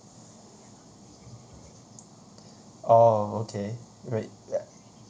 orh okay right ya